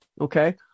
okay